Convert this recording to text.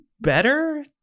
better